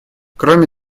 кроме